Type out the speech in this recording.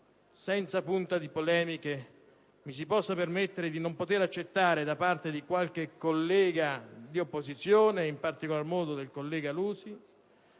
senza punta di polemica mi si possa permettere di non accettare che qualche collega di opposizione, in particolare modo il collega Lusi,